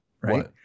right